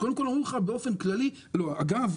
אגב,